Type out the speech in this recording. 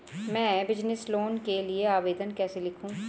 मैं business loan के लिए आवेदन कैसे लिखूँ?